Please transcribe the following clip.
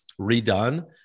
redone